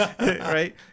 Right